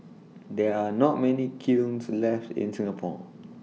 there are not many kilns left in Singapore